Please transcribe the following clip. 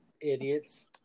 idiots